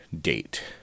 date